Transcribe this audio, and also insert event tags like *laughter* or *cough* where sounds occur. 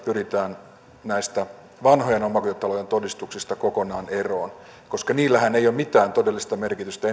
pyritään näistä vanhojen omakotitalojen todistuksista kokonaan eroon koska niillähän ei ole mitään todellista merkitystä *unintelligible*